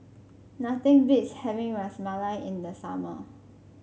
nothing beats having Ras Malai in the summer